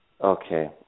Okay